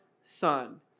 Son